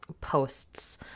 posts